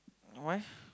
why